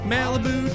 Malibu